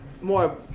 more